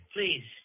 Please